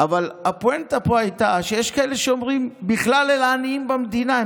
אבל הפואנטה פה הייתה שיש כאלה שאומרים שבכלל אין עניים במדינה.